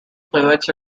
fluids